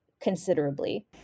considerably